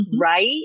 right